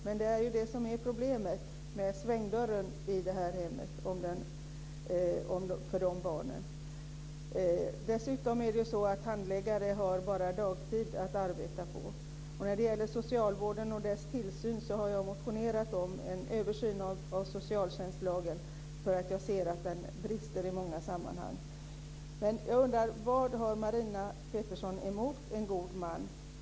Men problemet är ju svängdörren i hemmet för dessa barn. Dessutom arbetar handläggarna bara på dagtid. När det gäller socialvården och dess tillsyn har jag motionerat om en översyn av socialtjänstlagen, för jag ser att den brister i många sammanhang. Men jag undrar vad Marina Pettersson har emot förslaget om en god man.